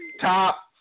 top